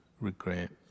regret